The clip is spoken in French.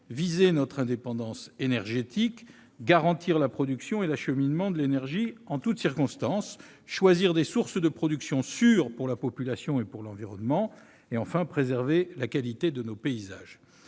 viser notre indépendance énergétique ; garantir la production et l'acheminement de l'énergie en toutes circonstances ; choisir des sources de production sûres pour la population et pour l'environnement ; enfin, préserver la qualité de nos paysages.